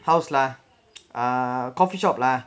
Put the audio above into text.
house lah err coffeeshop lah